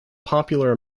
popular